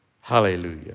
Hallelujah